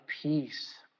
peace